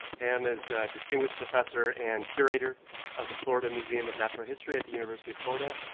pam is distinguished professor and curator of the florida museum of natural history at the university of florida.